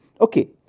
Okay